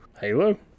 Halo